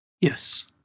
Yes